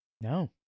No